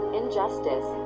injustice